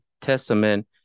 testament